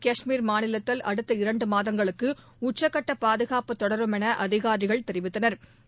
காஷ்மீர் மாநிலத்தில் அடுத்த இரண்டு மாதங்களுக்கு உச்சக்கட்ட பாதுகாப்பு தொடரும் என அதிகாரிகள் தெரிவித்தனா்